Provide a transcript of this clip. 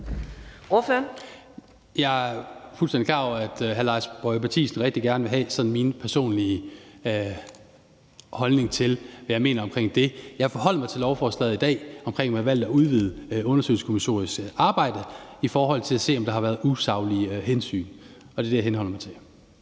Jeg er fuldstændig klar over, at hr. Lars Boje Mathiesen rigtig gerne vil have min personlig holdning til, hvad jeg mener omkring det. Jeg har forholdt mig til lovforslaget i dag om, at man har valgt at udvide undersøgelseskommissionens arbejde, i forhold til at se på om der har været usaglige hensyn, og det er det, jeg henholder mig til.